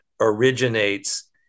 originates